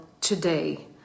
today